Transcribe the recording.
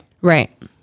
Right